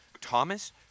Thomas